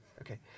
Okay